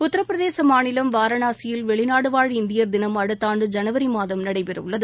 உத்தரப்பிரதேச மாநிலம் வாரணாசியில் வெளிநாடு வாழ் இந்தியர் தினம் அடுத்தாண்டு ஜனவரி மாதம் நடைபெற உள்ளது